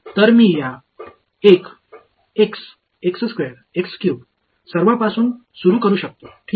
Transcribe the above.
तर मी या सर्वांपासून सुरु करू शकतो ठीक आहे